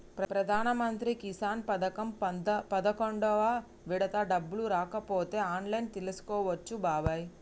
ప్రధానమంత్రి కిసాన్ పథకం పదకొండు విడత డబ్బులు రాకపోతే ఆన్లైన్లో తెలుసుకోవచ్చు బాబాయి